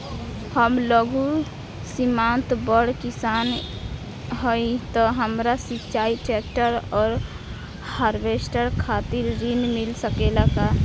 हम लघु सीमांत बड़ किसान हईं त हमरा सिंचाई ट्रेक्टर और हार्वेस्टर खातिर ऋण मिल सकेला का?